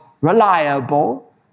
reliable